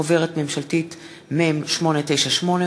חוברת הצעות חוק מ/898,